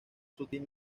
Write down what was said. sutil